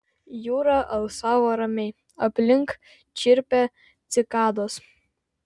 jūra alsavo ramiai aplink čirpė cikados